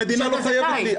המדינה לא חייבת לי.